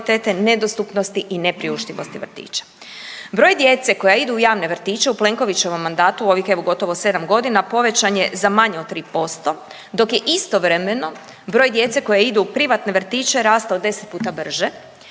kvalitete, nedostupnosti i nepriuštivosti vrtića. Broj djece koja idu u javne vrtiće u Plenkovićevom mandatu, u ovih evo gotovo 7 godina povećan je za manje od tri posto dok je istovremeno broj djece koja idu u privatne vrtiće rastao 10 puta brže,